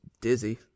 dizzy